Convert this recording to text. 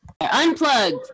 Unplugged